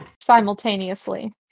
Simultaneously